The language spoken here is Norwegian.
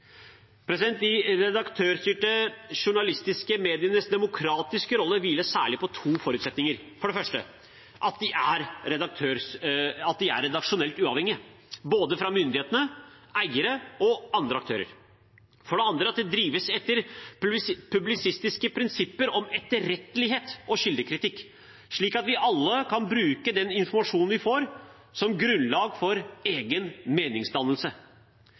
De redaktørstyrte journalistiske medienes demokratiske rolle hviler særlig på to forutsetninger: For det første at de er redaksjonelt uavhengige, fra både myndigheter, eiere og andre aktører. For det andre at de drives etter publisistiske prinsipper om etterrettelighet og kildekritikk, slik at vi alle kan bruke den informasjonen vi får, som grunnlag for egen meningsdannelse.